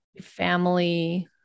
family